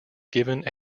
given